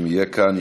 אם יהיה כאן.